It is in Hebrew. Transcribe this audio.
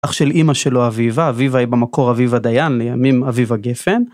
אח של אמא שלו אביבה, אביבה היא במקור אביבה דיין, לימים אביבה גפן.